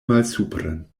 malsupren